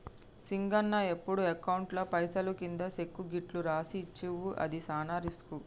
సింగన్న ఎప్పుడు అకౌంట్లో పైసలు కింది సెక్కు గిట్లు రాసి ఇచ్చేవు అది సాన రిస్కు